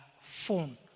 phone